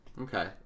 Okay